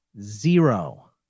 zero